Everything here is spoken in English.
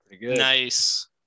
nice